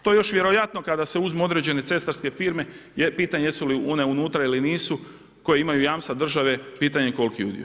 To još vjerojatno kada se uzmu određene cestarske firme je pitanje jesu li one unutra ili nisu, koje imaju jamstva države, pitanje koliki je udio.